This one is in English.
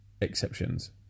exceptions